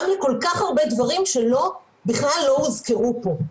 גם לכל כך הרבה דברים שבכלל לא הוזכרו פה.